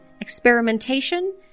experimentation